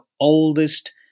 oldest